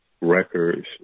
records